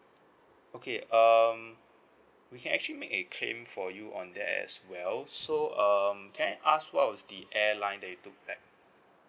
okay um you can actually make a claim for you on that as well so um can I ask what was the airline that you took back